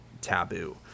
taboo